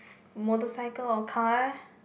motorcycle or car